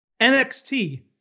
NXT